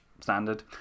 standard